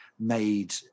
made